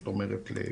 זאת אומרת לגננות.